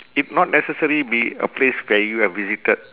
it not necessary be a place where you have visited